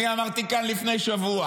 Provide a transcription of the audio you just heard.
אני אמרתי כאן לפני שבוע